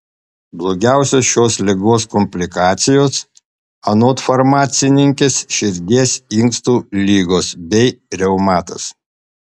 blogiausios šios ligos komplikacijos anot farmacininkės širdies inkstų ligos bei reumatas